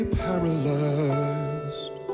paralyzed